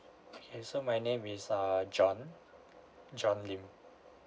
okay so my name is err john john lim